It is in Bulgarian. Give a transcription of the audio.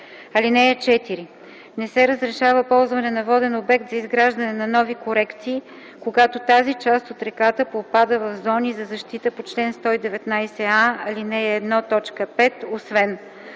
(4) Не се разрешава ползване на воден обект за изграждане на нови корекции, когато тази част от реката попада в зони за защита по чл. 119а, ал. 1, т. 5, освен: